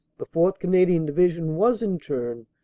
the fourth. cana dian division was, in turn,